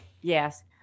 yes